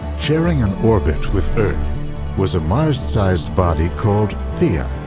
sharing an orbit with earth was a mars-sized body called theia,